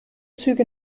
züge